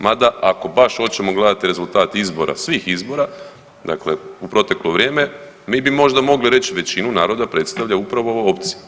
Mada ako baš hoćemo gledati rezultat izbora, svih izbora dakle u proteklo vrijeme mi bi možda mogli reći većinu naroda predstavlja upravo ova opcija.